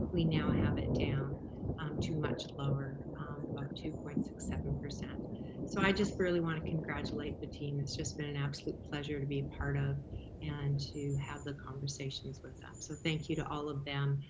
we now have it down to much lower about two point six seven. so i just really wanna congratulate the team. it's just been an absolute pleasure to be a part of and to have the conversations with them. so thank you to all of them.